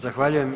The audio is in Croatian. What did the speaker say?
Zahvaljujem.